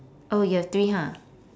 oh you have three ha